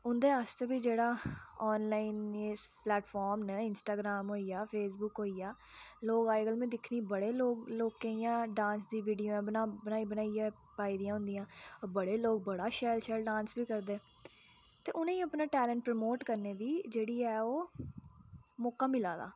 उं'दे आस्तै बी जेह्ड़ा आनलाइन इस प्लैटफार्म न इंस्टाग्राम होई गेआ फेसबुक होई गेआ लोग अज्जकल में दिक्खनी बड़े लोग लोकें इ'यां डांस दी वीडियो बनाई बनाइयै पाई दियां होंदियां बड़े लोक बड़ा शैल शैल डांस बी करदे ते उनेंगी अपने टैलंट प्रमोट करने दी जेह्ड़ी ऐ ओह् मौका मिला दा